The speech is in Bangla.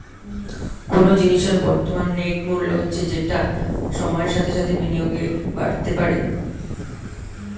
কোনো জিনিসের বর্তমান নেট মূল্য হচ্ছে যেটা সময়ের সাথে সাথে বিনিয়োগে বাড়তে পারে